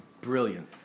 brilliant